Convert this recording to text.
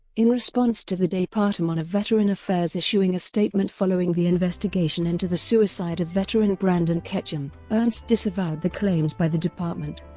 in response to the departement of veteran affairs' issuing a statement following the investigation into the suicide of veteran brandon ketchum, ernst disavowed the claims by the department